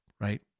right